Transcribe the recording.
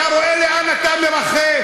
אתה רואה לאן אתה מרחף?